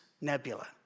nebula